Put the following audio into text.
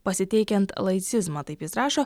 pasiteikiant laicizmą taip jis rašo